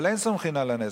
אבל אין סומכים על הנס.